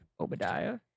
Obadiah